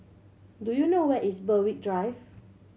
do you know where is Berwick Drive